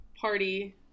party